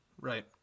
right